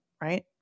right